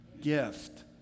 gift